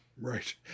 right